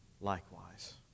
likewise